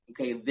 okay